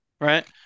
right